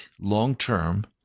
long-term